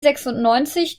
sechsundneunzig